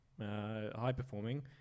high-performing